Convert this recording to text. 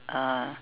uh